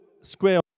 square